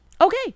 Okay